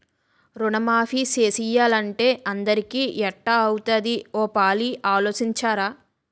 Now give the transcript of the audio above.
రుణమాఫీ సేసియ్యాలంటే అందరికీ ఎట్టా అవుతాది ఓ పాలి ఆలోసించరా